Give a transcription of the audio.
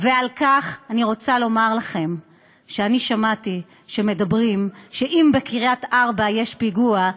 ועל כך אני רוצה לומר לכם שאני שמעתי שאומרים שאם בקריית-ארבע יש פיגוע,